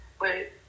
wait